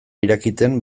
irakiten